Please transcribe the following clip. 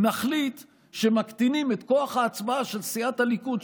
נחליט שמקטינים את כוח ההצבעה של סיעת הליכוד,